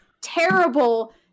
terrible